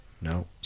No